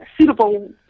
suitable